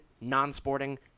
Non-Sporting